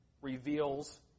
reveals